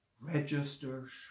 Registers